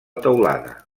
teulada